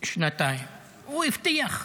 שנתיים הוא הבטיח.